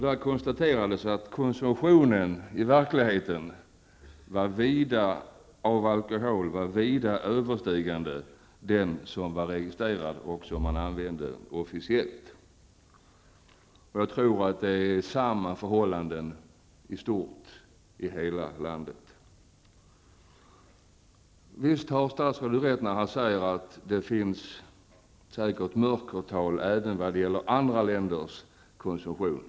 Där konstaterades att konsumtionen av alkohol i verkligheten var vida överstigande den som var registrerad och som användes officiellt. Jag tror att samma förhållanden råder i stort sett hela landet. Visst har statsrådet rätt när han säger att det säkert finns mörkertal även vad gäller andra länders konsumtion.